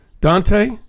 Dante